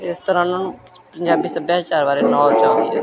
ਇਸ ਤਰ੍ਹਾਂ ਉਹਨਾਂ ਨੂੰ ਪੰਜਾਬੀ ਸੱਭਿਆਚਾਰ ਬਾਰੇ ਨੋਲਜ ਆਉਂਦੀ ਹੈ